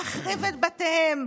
להחריב את בתיהם,